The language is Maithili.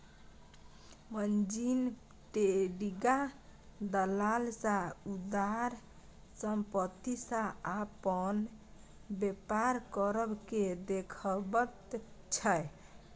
मार्जिन ट्रेडिंग दलाल सँ उधार संपत्ति सँ अपन बेपार करब केँ देखाबैत छै